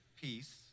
peace